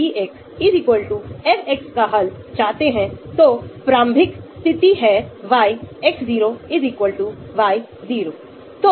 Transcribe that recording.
Steric factors Taft Steric factor जिसके बारे में हमने बात की है इसकी तुलना अम्लीय परिस्थितियों में एक मानक esters के खिलाफ प्रतिस्थापित एलीफेटिक ester की हाइड्रोलिसिस की दरों से की जाती है